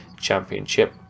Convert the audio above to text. Championship